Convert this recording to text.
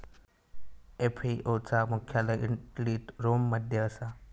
FAO चा मुख्यालय इटलीत रोम मध्ये असा